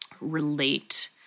relate